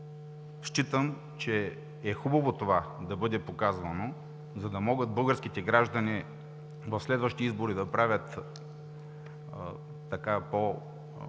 Считам, че е хубаво това да бъде показвано, за да могат българските граждани в следващите избори да правят по-ясен